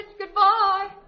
Goodbye